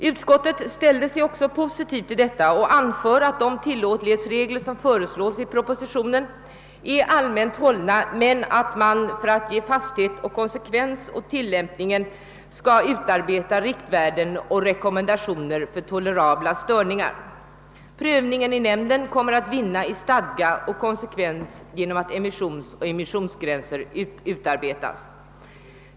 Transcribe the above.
Utskottet ställde sig positivt till detta och anför, att de tillåtlighetsregler som föreslås i propositionen är allmänt hållna men att man för att ge fasthet och konsekvens åt tillämpningen bör utarbeta riktvärden och rekommendationer beträffande tolerabla störningar. Prövningen i nämnden kommer att vinna i stadga genom att emissionsoch immissionsgränser utarbetas.